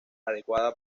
adecuada